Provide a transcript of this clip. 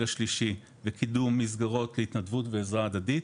השלישי וקידום מסגרות להתנדבות ועזרה הדדית.